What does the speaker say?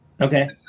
Okay